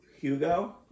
Hugo